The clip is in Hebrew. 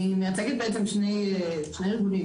אני מייצגת שני ארגונים,